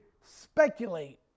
speculate